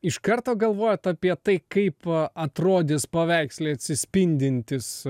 iš karto galvojot apie tai kaip atrodys paveiksle atsispindintis